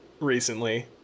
recently